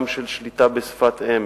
גם של שליטה בשפת אם,